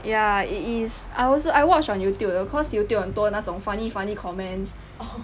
ya it is I also I watched on youtube cause youtube 很多那种 funny funny comments